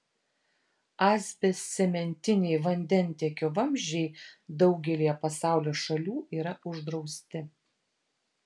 asbestcementiniai vandentiekio vamzdžiai daugelyje pasaulio šalių yra uždrausti